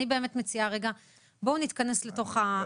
אני מציעה: בואו נתכנס לתוך הנושאים.